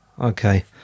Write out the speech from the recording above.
okay